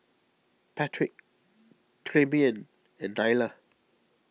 Patric Tremaine and Nyla